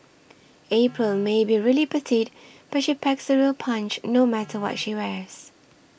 April may be really petite but she packs a real punch no matter what she wears